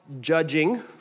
judging